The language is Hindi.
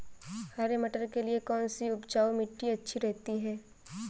हरे मटर के लिए कौन सी उपजाऊ मिट्टी अच्छी रहती है?